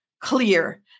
clear